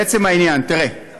לעצם העניין, אני